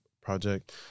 project